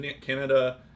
Canada